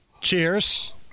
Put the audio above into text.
Cheers